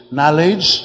knowledge